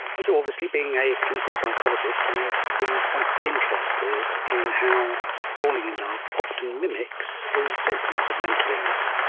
and so obviously being a clinical psychologist i've been quite interested in how falling in love often mimics the symptoms of mental illness.